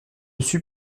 sut